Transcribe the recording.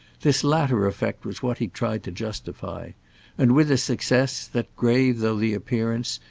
this latter effect was what he tried to justify and with the success that, grave though the appearance,